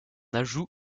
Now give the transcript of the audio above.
ajout